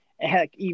Heck